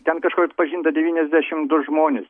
ten kažkur atpažinta devyniasdešimt du žmonės